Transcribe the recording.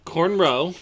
Cornrow